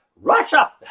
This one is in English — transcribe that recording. Russia